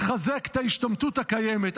לחזק את ההשתמטות הקיימת,